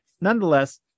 nonetheless